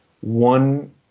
one –